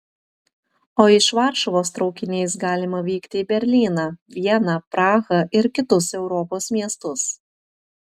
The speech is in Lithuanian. o iš varšuvos traukiniais galima vykti į berlyną vieną prahą ir kitus europos miestus